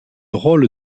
rôle